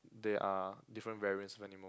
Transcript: they are different variance of animal